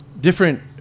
different